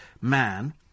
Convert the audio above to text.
man